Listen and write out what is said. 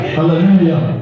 Hallelujah